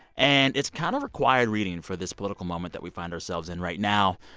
and it's kind of required reading for this political moment that we find ourselves in right now.